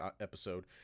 episode